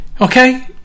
Okay